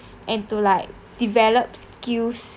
and to like develop skills